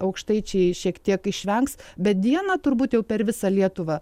aukštaičiai šiek tiek išvengs bet dieną turbūt jau per visą lietuvą